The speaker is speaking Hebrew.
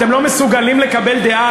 אתם לא מסוגלים לקבל דעה